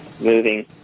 moving